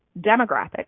demographics